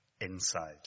inside